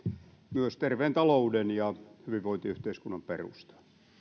myös terveen talouden ja hyvinvointiyhteiskunnan perusta